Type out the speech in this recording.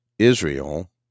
Israel